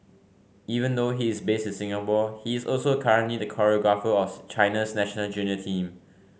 even though he is based in Singapore he is also currently the choreographer of China's national junior team